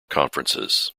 conferences